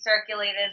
circulated